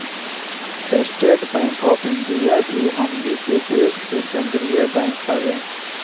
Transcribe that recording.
estate bank of India भी हमनी के देश के केंद्रीय बैंक हवे